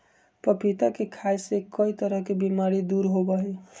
पपीता के खाय से कई तरह के बीमारी दूर होबा हई